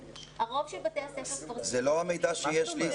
הרוב של בתי הספר --- זה לא המידע שיש לי,